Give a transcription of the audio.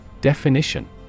Definition